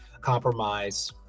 compromise